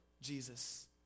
Jesus